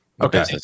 Okay